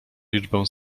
liczbę